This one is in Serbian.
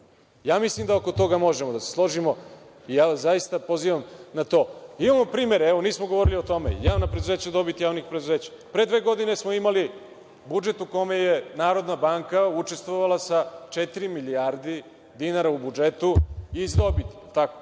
Mislim da oko toga možemo da se složimo i ja vas zaista pozivam na to. Imamo primer. Evo, nismo govorili o tome, javna preduzeća i dobit javnih preduzeća. Pre dve godine smo imali budžet u kome je Narodna banka učestvovala sa četiri milijarde dinara u budžetu iz dobiti.